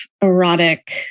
erotic